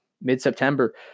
mid-september